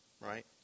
right